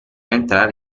entrare